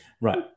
right